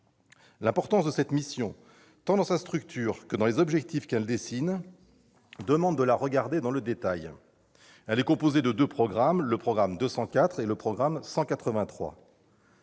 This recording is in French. L'importance de cette mission, tant dans sa structure que dans les objectifs qu'elle fixe, implique qu'on la regarde dans le détail. Elle comporte deux programmes, le programme 204 et le programme 183.